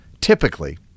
typically